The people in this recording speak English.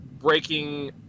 breaking